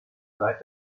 seit